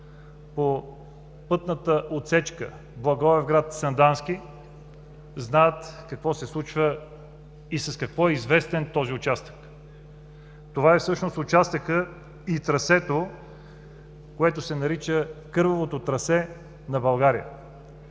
по пътната отсечка Благоевград – Сандански, знаят какво се случва и с какво е известен този участък. Това е всъщност участъкът, трасето, което се нарича „кървавото трасе на България“.